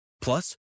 Plus